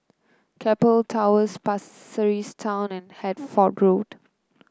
Keppel Towers Pasir Ris Town and Hertford Road